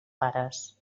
pares